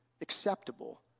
acceptable